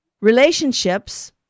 relationships